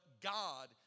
God